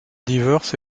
divorce